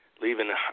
leaving